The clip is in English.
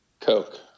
Coke